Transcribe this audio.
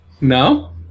No